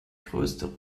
größte